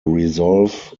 resolve